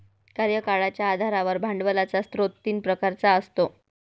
कार्यकाळाच्या आधारावर भांडवलाचा स्रोत तीन प्रकारचा असतो